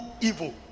evil